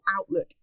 outlook